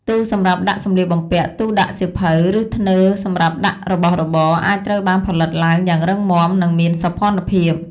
ទូសម្រាប់ដាក់សម្លៀកបំពាក់ ទូដាក់សៀវភៅ ឬធ្នើសម្រាប់ដាក់របស់របរ អាចត្រូវបានផលិតឡើងយ៉ាងរឹងមាំ និងមានសោភ័ណភាព។